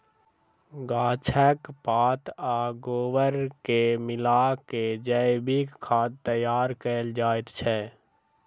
गाछक पात आ गोबर के मिला क जैविक खाद तैयार कयल जाइत छै